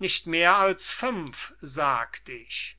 nicht mehr als fünf sagt ich